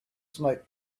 smoke